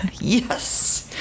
Yes